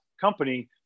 company